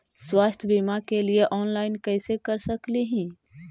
स्वास्थ्य बीमा के लिए ऑनलाइन कैसे कर सकली ही?